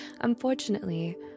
Unfortunately